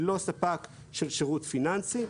היא לא ספק של שירות פיננסי.